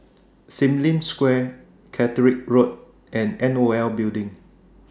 SIM Lim Square Caterick Road and NOL Building